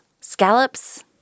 scallops